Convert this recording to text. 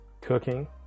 cooking